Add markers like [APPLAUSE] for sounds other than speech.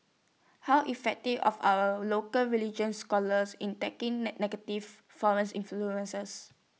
how effective of are our local religious scholars in tackling [UNINTELLIGIBLE] negative foreign influences